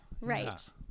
right